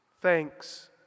Thanks